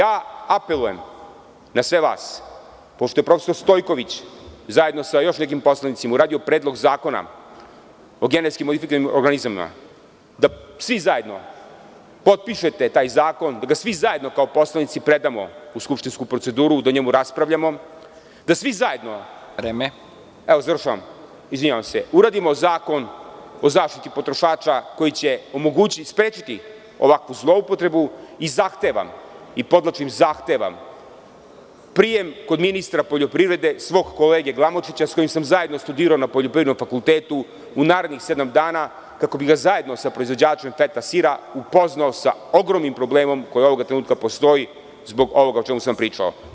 Apelujem na sve vas, pošto je profesor Stojković, zajedno sa još nekim poslanicima, uradio Predlog zakona o GMO, da svi zajedno potpišete taj zakon, da ga svi zajedno kao poslanici predamo u skupštinsku proceduru, dao njemu raspravljamo, da svi zajedno… (Predsednik: Vreme.) Izvinjavam se, završavam, uradimo zakon o zaštiti potrošača koji će sprečiti ovakvu zloupotrebu i zahtevam i podvlačim, zahtevam prijem kog ministra poljoprivrede, svog kolege Glamočića, sa kojim sam zajedno studirao na Poljoprivrednom fakultetu, u narednih sedam dana, kako bih ga zajedno sa proizvođačem feta sira, upoznao sa ogromnim problemom koji ovoga trenutka postoji zbog ovoga o čemu sam pričao.